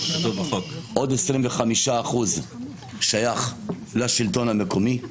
עוד 25% שייכים לשלטון המקומי.